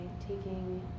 taking